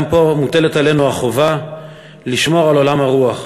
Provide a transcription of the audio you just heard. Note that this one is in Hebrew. גם פה מוטלת עלינו החובה לשמור על עולם הרוח,